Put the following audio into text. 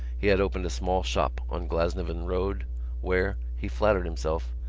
he had opened a small shop on glasnevin road where, he flattered himself,